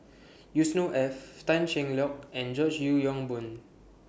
Yusnor Ef Tan Cheng Lock and George Yeo Yong Boon